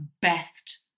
best